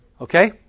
Okay